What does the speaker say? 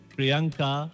Priyanka